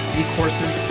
e-courses